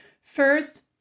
First